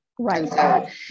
Right